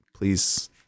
Please